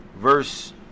verse